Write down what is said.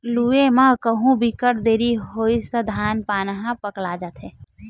लूए म कहु बिकट देरी होइस त धान पान ह पकला जाथे